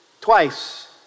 Twice